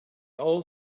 all